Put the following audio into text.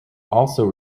also